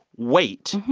wait.